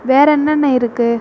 வேறு என்னென்ன இருக்குது